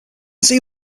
see